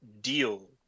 deal